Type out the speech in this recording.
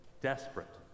desperate